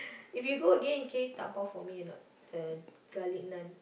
if you go again can you dabao for me or not the garlic Naan